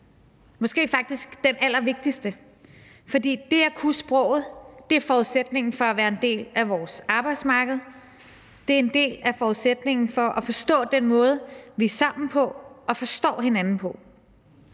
måske faktisk den allervigtigste. For det at kunne sproget er forudsætningen for at være en del af vores arbejdsmarked, det er en del af forudsætningen for at forstå den måde, vi er sammen på og forstår hinanden på.